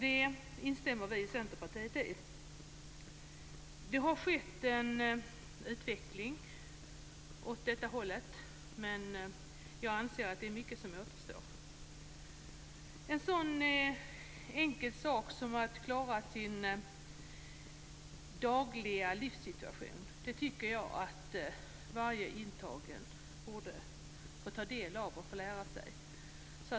Det instämmer vi i Centerpartiet i. Det har skett en utveckling åt detta håll, men jag anser att mycket återstår. Varje intagen borde få lära sig en sådan enkel sak som att klara sig i det dagliga livet.